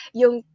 yung